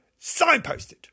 signposted